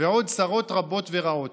ועוד צרות רבות ורעות,